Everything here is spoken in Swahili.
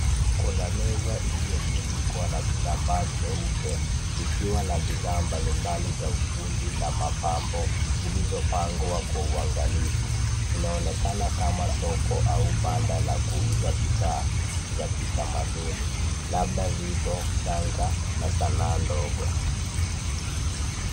Kuna meza iliyofunikwa na kitambaa cheupe ikiwa na bidhaa mbalimbali za ufundi na mapambo zilizopangwa kwa uangalifu. Inaonekana kama soko au banda la kuuza bidhaa za kitamaduni labda vito, shanga na sanaa ndogo.